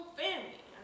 family